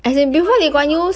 lee kuan yew is not